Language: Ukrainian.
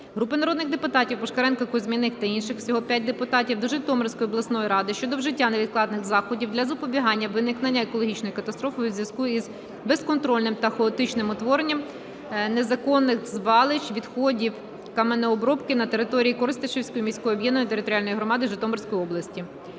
Групи народних депутатів (Пушкаренка, Кузьміних та інших. Всього 5 депутатів) до Житомирської обласної ради щодо вжиття невідкладних заходів для запобігання виникненню екологічної катастрофи у зв'язку із безконтрольним та хаотичним утворенням незаконних звалищ відходів каменеобробки на території Коростишівської міської об'єднаної територіальної громади Житомирської області.